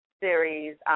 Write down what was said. series